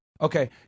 Okay